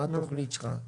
מה התוכנית שלך?